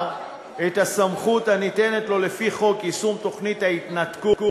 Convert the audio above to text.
את הסמכות הניתנת לו לפי חוק יישום תוכנית ההתנתקות,